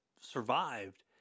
survived